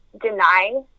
deny